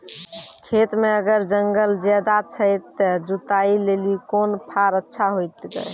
खेत मे अगर जंगल ज्यादा छै ते जुताई लेली कोंन फार अच्छा होइतै?